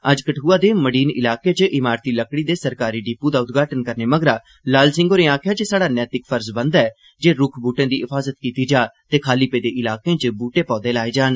अज्ज कठुआ दे मडीन इलाके च इमारती लकड़ी दे सरकारी डिपो दा उदघाटन करने मगरा लाल सिंह होरें आक्खेआ जे साडा नैतिक फर्ज बनदा ऐ जे रुक्ख बूह्टे दी हिफाज़त कीती जा ते खाली पेदे इलाकें च बूहटे लाए जान